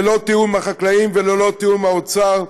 ללא תיאום עם החקלאים וללא תיאום עם האוצר,